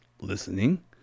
listening